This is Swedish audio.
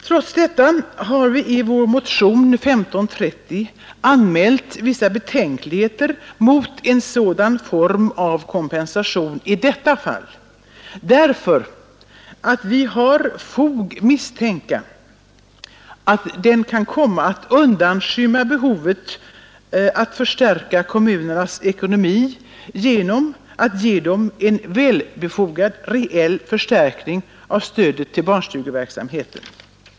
Trots detta har vi i vår motion 1530 anmält vissa betänkligheter mot en sådan form av kompensation i detta fall, därför att vi har fog misstänka att den kan komma att undanskymma behovet att förstärka kommunernas ekonomi genom att ge dem en välbefogad reell förstärkning av stödet till barnstugeverksamheten.